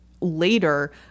later